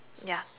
ya